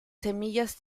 semillas